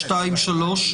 (2) ו-(3)?